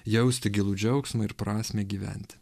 jausti gilų džiaugsmą ir prasmę gyventi